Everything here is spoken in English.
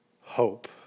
hope